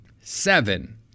seven